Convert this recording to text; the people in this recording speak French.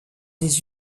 des